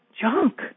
junk